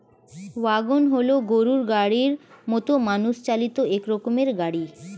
wagon হল গরুর গাড়ির মতো মানুষ চালিত এক রকমের গাড়ি